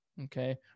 okay